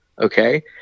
okay